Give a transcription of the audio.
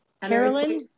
Carolyn